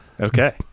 okay